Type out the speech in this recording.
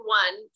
one